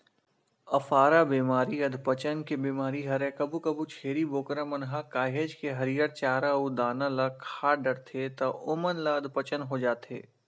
अफारा बेमारी अधपचन के बेमारी हरय कभू कभू छेरी बोकरा मन ह काहेच के हरियर चारा अउ दाना ल खा डरथे त ओमन ल अधपचन हो जाथे